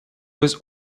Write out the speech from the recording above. was